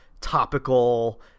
topical